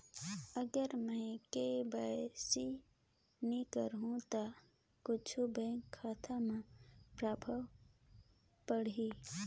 अगर मे के.वाई.सी नी कराहू तो कुछ बैंक खाता मे प्रभाव पढ़ी?